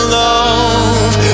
love